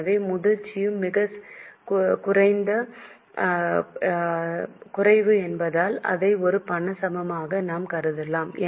எனவே முதிர்ச்சியும் மிகக் குறைவு என்பதால் அதை ஒரு பண சமமாக நாம் கருதலாம்